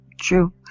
True